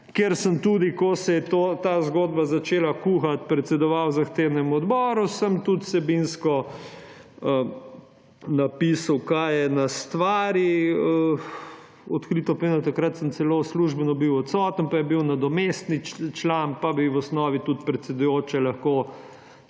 Ker sem tudi, ko se je ta zgodba začela kuhati, predsedoval zahtevnemu odboru, sem tudi vsebinsko napisal, kaj je na stvari. Odkrito povedano, takrat sem bil celo službeno odsoten, pa je bil nadomestni član, pa bi v osnovi tudi predsedujoča lahko,